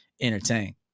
entertain